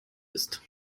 ist